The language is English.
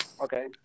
okay